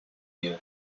you